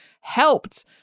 helped